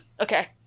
Okay